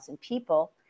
people